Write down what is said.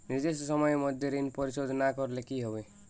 নির্দিষ্ট সময়ে মধ্যে ঋণ পরিশোধ না করলে কি হবে?